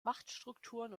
machtstrukturen